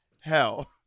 hell